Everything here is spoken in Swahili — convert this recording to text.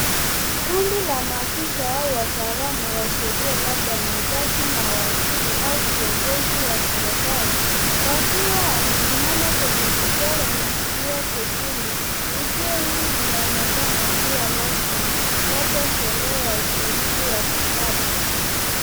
Kundi la maafisa au wataalamu wa sheria, labda majaji, mawakili au viongozi wa serikali. Wakiwa wamesimama kwenye jukwaa lenye zulia jekundu. Tukio hili, linaonekana kuwa rasmi, labda sherehe ya uzinduzi wa kitabu.